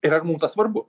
ir ar mum tas svarbu